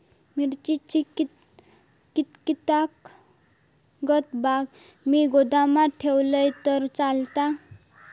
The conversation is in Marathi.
मिरची कीततागत मी गोदामात ठेवलंय तर चालात?